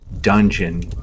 Dungeon